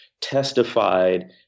testified